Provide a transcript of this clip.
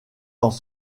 dans